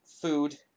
food